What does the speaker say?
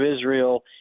Israel